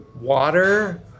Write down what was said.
water